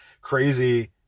crazy